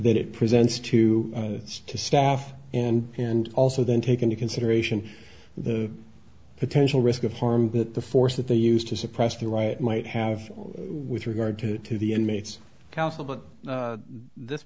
that it presents to its staff and and also then take into consideration the potential risk of harm that the force that they used to suppress the riot might have with regard to to the inmates